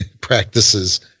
practices